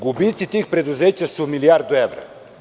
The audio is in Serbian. Gubici tih preduzeća su milijardu evra.